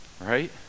right